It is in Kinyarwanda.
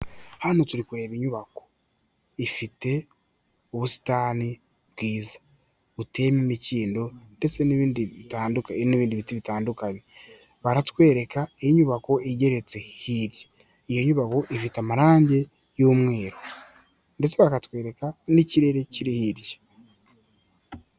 Hano tukoreraba inyubako. Ifite ubusitani bwiza buteyemo imikindo ndetse n'ibindi biti bitandukanye. Baratwereka inyubako igeretse hirya. Iyo nyubako ifite amarangi y'umweru, ndetse bakatwereka n'ikirere kiri hirya.